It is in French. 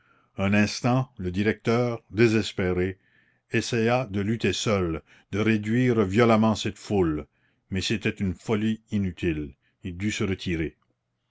un instant le directeur désespéré essaya de lutter seul de réduire violemment cette foule mais c'était une folie inutile il dut se retirer